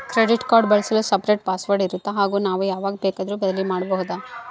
Credit card ಬಳಸಲು separate password ಇರುತ್ತಾ ಹಾಗೂ ನಾವು ಯಾವಾಗ ಬೇಕಾದರೂ ಬದಲಿ ಮಾಡಬಹುದಾ?